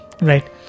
Right